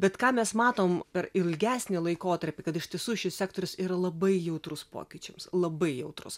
bet ką mes matom per ilgesnį laikotarpį kad iš tiesų šis sektorius yra labai jautrus pokyčiams labai jautrus